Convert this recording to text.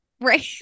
Right